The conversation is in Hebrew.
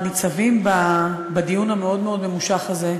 ניצבים בדיון המאוד-מאוד ממושך הזה,